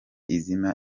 izima